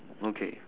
okay